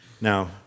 Now